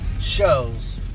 shows